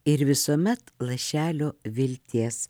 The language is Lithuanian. ir visuomet lašelio vilties